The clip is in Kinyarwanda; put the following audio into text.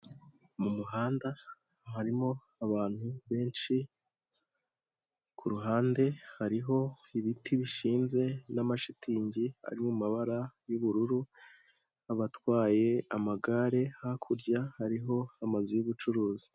Mu muhanda harimo abantu benshi, ku ruhande hariho ibiti bishinze n'amashitingi ari mu mabara y'ubururu, abatwaye amagare, hakurya hariho amazu y'ubucuruzi.